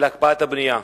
של הקפאת הבנייה.